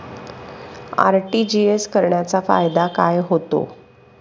RTGS करण्याचा फायदा काय होतो?